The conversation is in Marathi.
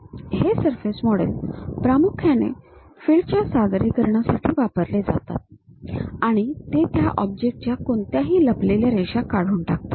हे सरफेसमॉडेल प्रामुख्याने फील्डच्या सादरीकरणासाठी वापरले जातात आणि ते त्या ऑब्जेक्टच्या कोणत्याही लपलेल्या रेषा काढून टाकतात